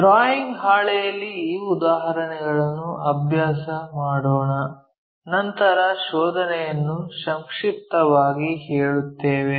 drawing ಹಾಳೆಯಲ್ಲಿ ಈ ಉದಾಹರಣೆಯನ್ನು ಅಭ್ಯಾಸ ಮಾಡೋಣ ನಂತರ ಶೋಧನೆಯನ್ನು ಸಂಕ್ಷಿಪ್ತವಾಗಿ ಹೇಳುತ್ತೇವೆ